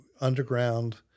underground